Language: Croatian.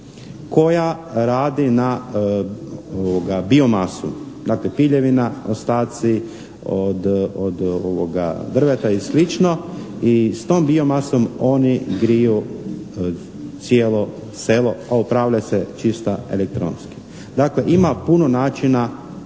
koja radi na biomasu, dakle piljevina, ostaci od drveta i sl. i s tom biomasom oni griju cijelo selo, a upravlja se čista elektronski. Dakle, ima puno načina